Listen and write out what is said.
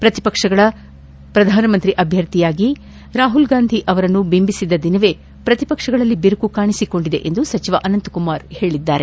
ಪ್ರತಿಪಕ್ಷಗಳ ಪ್ರಧಾನಮಂತ್ರಿ ಅಭ್ಯರ್ಥಿಯಾಗಿ ರಾಹುಲ್ಗಾಂಧಿ ಅವರನ್ನು ಬಿಂಬಿಸಿದ ದಿನವೇ ಪ್ರತಿಪಕ್ಷಗಳಲ್ಲಿ ಬಿರುಕು ಕಾಣಿಸಿಕೊಂಡಿದೆ ಎಂದು ಸಚಿವ ಅನಂತ ಕುಮಾರ್ ಹೇಳಿದ್ದಾರೆ